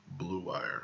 BLUEWIRE